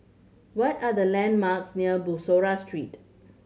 what are the landmarks near Bussorah Street